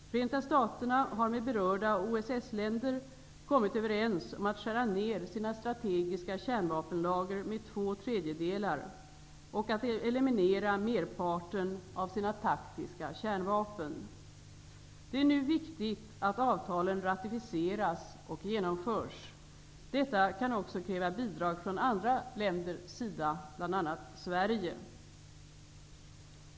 Förenta staterna har med berörda OSS-länder kommit överens om att skära ner sina strategiska kärnvapenlager med två tredjedelar och att eliminera merparten av sina taktiska kärnvapen. Det är nu viktigt att avtalen ratificeras och genomförs. Detta kan också kräva bidrag från andra länders sida, bl.a. Sverige.